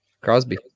Crosby